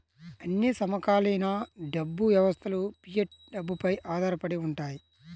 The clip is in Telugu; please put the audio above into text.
అన్ని సమకాలీన డబ్బు వ్యవస్థలుఫియట్ డబ్బుపై ఆధారపడి ఉంటాయి